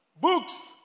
Books